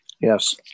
Yes